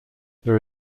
there